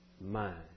mind